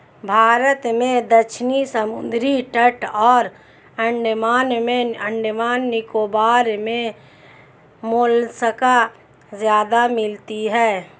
भारत में दक्षिणी समुद्री तट और अंडमान निकोबार मे मोलस्का ज्यादा मिलती है